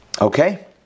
Okay